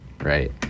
right